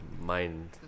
mind